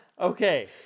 Okay